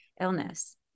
illness